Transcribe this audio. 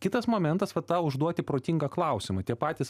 kitas momentas va tą užduoti protingą klausimą tie patys